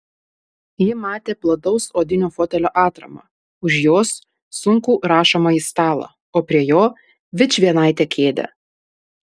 ji matė plataus odinio fotelio atramą už jos sunkų rašomąjį stalą o prie jo vičvienaitę kėdę